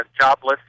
jobless